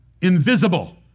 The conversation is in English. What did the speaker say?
invisible